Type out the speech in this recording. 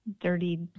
dirty